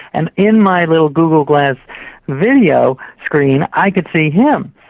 and in my little google glass video screen, i could see him.